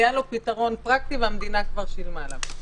היה לו פתרון פרקטי והמדינה כבר שילמה להם.